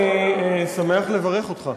אני שמח לברך אותך.